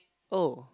oh